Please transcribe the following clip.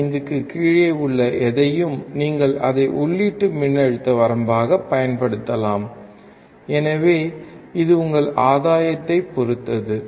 5 க்கு கீழே உள்ள எதையும் நீங்கள் அதை உள்ளீட்டு மின்னழுத்த வரம்பாகப் பயன்படுத்தலாம் எனவே இது உங்கள் ஆதாயத்தைப் பொறுத்தது